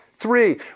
Three